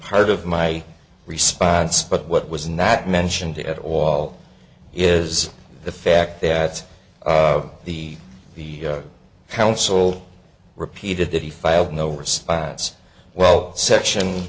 part of my response but what was not mentioned at all is the fact that the the counsel repeated that he filed no response well section